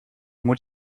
moet